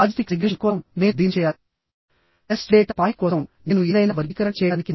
కానీ steel structures ని చేసేటప్పుడు మాత్రం నేర్చుకోవాలి